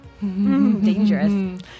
Dangerous